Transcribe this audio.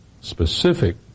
specific